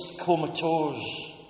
comatose